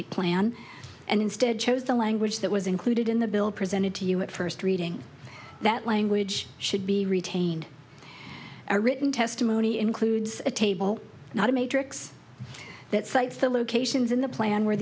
eight plan and instead chose the language that was included in the bill presented to you at first reading that language should be retained or written testimony includes a table not a matrix that cites the locations in the plan where